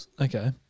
Okay